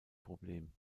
problem